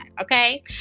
Okay